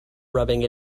rubbing